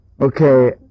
Okay